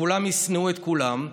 ושכולם ישנאו את כולם,